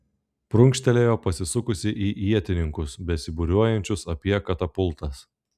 prunkštelėjo pasisukusi į ietininkus besibūriuojančius apie katapultas